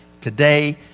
today